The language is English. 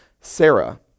Sarah